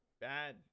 bad